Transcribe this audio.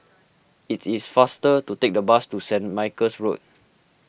it's is faster to take the bus to Saint Michael's Road